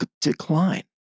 decline